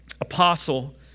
Apostle